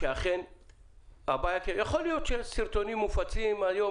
אכן יכול להיות שהסרטונים מופצים היום,